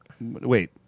Wait